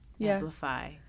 amplify